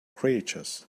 creatures